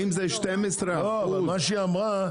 אבל מה שהיא אמרה,